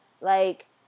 Like-